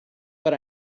but